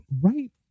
Right